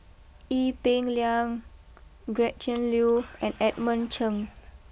Ee Peng Liang Gretchen Liu and Edmund Cheng